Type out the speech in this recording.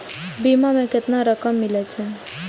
बीमा में केतना रकम मिले छै?